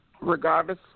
Regardless